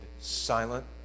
silent